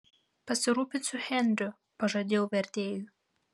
pasirūpinsiu henriu pažadėjau vertėjui